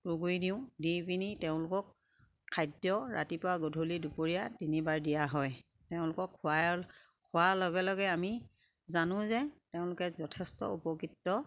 তোঁহগুৰি দিওঁ দি পিনি তেওঁলোকক খাদ্য ৰাতিপুৱা গধূলি দুপৰীয়া তিনিবাৰ দিয়া হয় তেওঁলোকক খুৱাই খোৱাৰ লগে লগে আমি জানো যে তেওঁলোকে যথেষ্ট উপকৃত